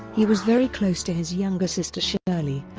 he was very close to his younger sister shirley,